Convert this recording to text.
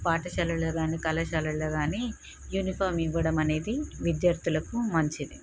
పాఠశాలల్లో కానీ కళాశాలల్లో కానీ యూనిఫామ్ ఇవ్వడం అనేది విద్యార్థులకు మంచిది